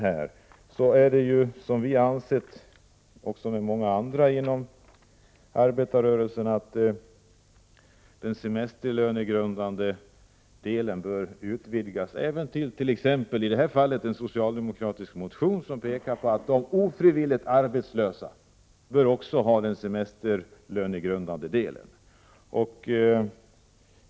När det gäller semestervillkoren har vi och många andra inom arbetarrörelsen ansett att den semestergrundande delen av lönen bör utvidgas. I en socialdemokratisk motion har föreslagits att de ofrivilligt arbetslösa bör få behålla den semesterlönegrundande delen.